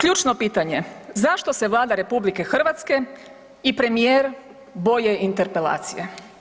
Ključno pitanje zašto se Vlada RH i premijer boje interpelacije?